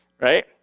right